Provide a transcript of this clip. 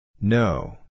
No